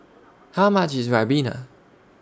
How much IS Ribena